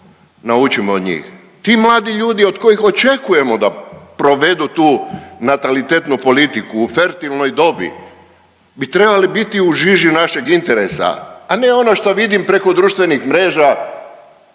naučimo od njih. Ti mladi ljudi od kojih očekujemo da provedu tu natalitetnu politiku u fertilnoj dobi bi trebali biti u žiži našeg interesa, a ne ono što vidim preko društvenih mreža